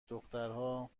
دخترها